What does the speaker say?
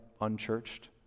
unchurched